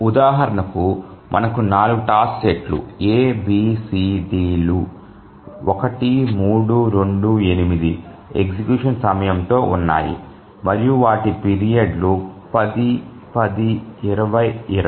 ఉదాహరణకు మనకు 4 task set లు A B C D లు 1 3 2 8 ఎగ్జిక్యూషన్ సమయంతో ఉన్నాయి మరియు వాటి పీరియడ్ లు 10 10 20 20